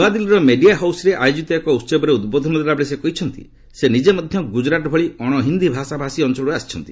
ନୂଆଦିଲ୍ଲୀର ମେଡିଆ ହାଉସ୍ରେ ଆୟୋଜିତ ଏକ ଉତ୍ସବରେ ଉଦ୍ବୋଧନ ଦେଲାବେଳେ ସେ କହିଛନ୍ତି ସେ ନିଜେ ମଧ୍ୟ ଗୁଜରାଟ୍ ଭଳି ଅଣ ହିନ୍ଦୀ ଭାଷାଭାଷୀ ଅଞ୍ଚଳରୁ ଆସିଛନ୍ତି